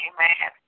Amen